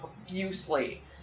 profusely